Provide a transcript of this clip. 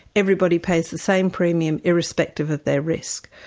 everybody pays the same premium, irrespective of their risk,